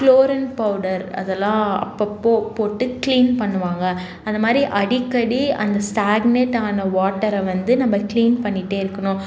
chlorine powder அதெலாம் அப்பப்போ போட்டு க்ளீன் பண்ணுவாங்கள் அந்தமாதிரி அடிக்கடி அந்த சாக்னேட் ஆன வாட்டரை வந்து நம்ம க்ளீன் பண்ணிகிட்டே இருக்கணும்